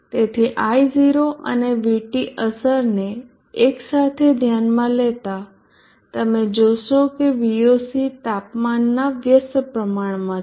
તેથી I0 અને VT અસરને એક સાથે ધ્યાનમાં લેતા તમે જોશો કે VOC તાપમાનના વ્યસ્ત પ્રમાણમાં છે